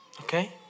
Okay